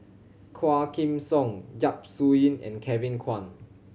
Quah Kim Song Yap Su Yin and Kevin Kwan